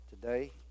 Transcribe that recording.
today